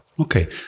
Okay